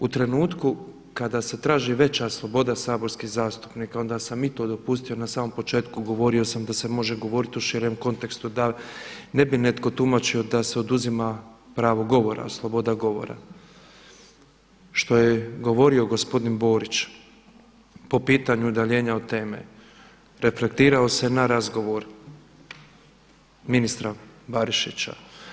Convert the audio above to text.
U trenutku kada se traži veća sloboda saborskih zastupnika onda sam i to dopustio na samom početku govorio sam da se može govoriti u širem kontekstu da ne bi netko tumačio da se oduzima pravo govora, sloboda govora, što je govorio gospodin Borić po pitanju udaljenja od teme, reflektirao se na razgovor ministra Barišića.